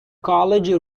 college